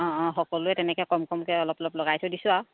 অঁ অঁ সকলোৱে তেনেকৈ কম কমকৈ অলপ অলপ লগাই থৈ দিছোঁ আৰু